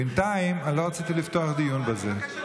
בינתיים אני לא רציתי לפתוח דיון בזה.